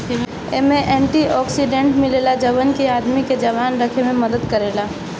एमे antioxidant मिलेला जवन की आदमी के जवान रखे में मदद करेला